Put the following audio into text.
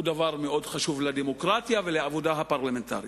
הוא דבר מאוד חשוב לדמוקרטיה ולעבודה הפרלמנטרית.